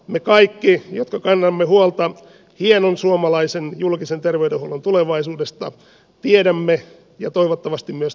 me kaikki jotka kannamme huolta hienon suomalaisen julkisen terveydenhuollon tulevaisuudesta tiedämme ja toivottavasti myös tunnustamme tämän